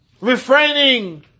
Refraining